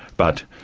but